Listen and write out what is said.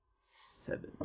Seven